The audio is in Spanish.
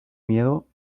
miedo